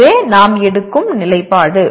இதுவே நாம் எடுக்கும் நிலைப்பாடு